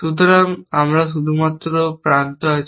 সুতরাং আমাদের শুধুমাত্র প্রান্ত আছে